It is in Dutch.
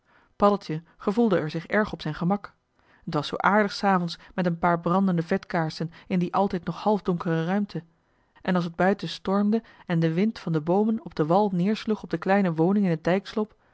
paddeltje gevoelde er zich erg op zijn gemak t was zoo aardig s avonds met een paar brandende vetkaarsen in die altijd nog halfdonkere ruimte en als t buiten stormde en de wind van de boomen op den wal neersloeg op de kleine woning in het